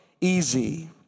easy